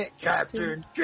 Captain